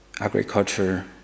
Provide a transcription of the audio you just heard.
agriculture